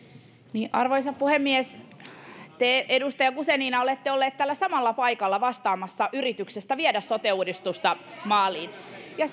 arvoisa puhemies te edustaja guzenina olette ollut tällä samalla paikalla vastaamassa yrityksestä viedä sote uudistusta maaliin ja